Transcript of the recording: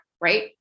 Right